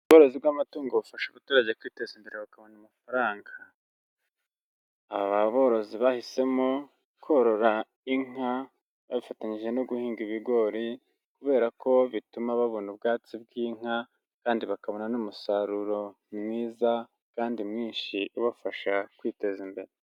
Ubworozi bw'amatungo bufasha abaturage kwiteza imbere bakabona amafaranga, aba borozi bahisemo korora inka bafatanyije no guhinga ibigori, kubera ko bituma babona ubwatsi bw'inka kandi bakabona n'umusaruro mwiza kandi mwinshi ubafasha kwiteza imbere.